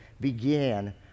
began